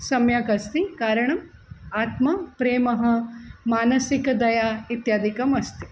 सम्यक् अस्ति कारणम् आत्मप्रेम मानसिकदया इत्यादिकम् अस्ति